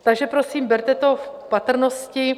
Takže prosím, berte to v patrnosti.